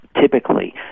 typically